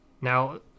Now